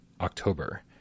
october